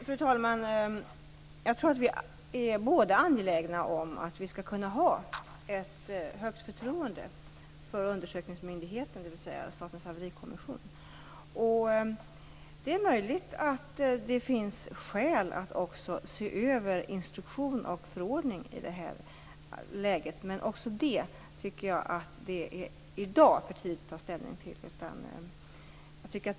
Fru talman! Jag tror att vi båda är angelägna om att det skall gå att ha ett stort förtroende för undersökningsmyndigheten, Statens haverikommission. Det är möjligt att det finns skäl att i detta läge också se över instruktion och förordning men också det tycker jag att det i dag är för tidigt att ta ställning till.